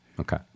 Okay